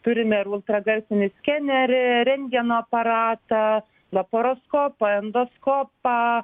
turime ir ultragarsinį skenerį rentgeno aparatą laparoskopų endoskopą